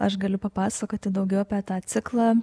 aš galiu papasakoti daugiau apie tą ciklą